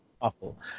Awful